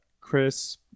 chris